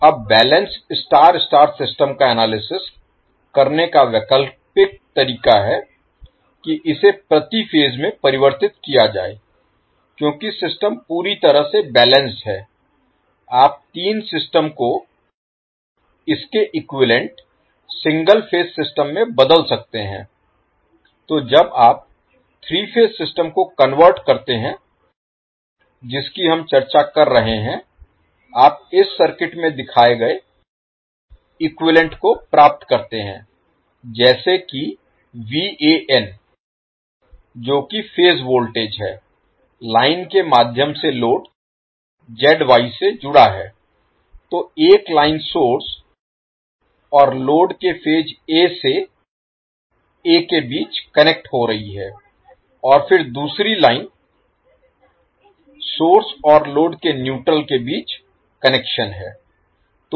अब balanced star star system का analysis करने का वैकल्पिक तरीका है कि इसे प्रति फेज में परिवर्तित किया जाए क्योंकि सिस्टम पूरी तरह से बैलेंस्ड है आप तीन सिस्टम को इसके इक्विवैलेन्ट सिंगल फेज सिस्टम में बदल सकते हैं तो जब आप 3 फेज सिस्टम को कन्वर्ट करते हैं जिसकी हम चर्चा कर रहे हैं आप इस सर्किट में दिखाए गए इक्विवैलेन्ट को प्राप्त करते हैं जैसे कि जो कि फेज वोल्टेज है लाइन के माध्यम से लोड ZY से जुड़ा है तो एक लाइन सोर्स और लोड के फेज A से A के बीच कनेक्ट हो रही है और फिर दूसरी लाइन सोर्स और लोड के न्यूट्रल के बीच कनेक्शन है